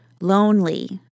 lonely